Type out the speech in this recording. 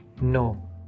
No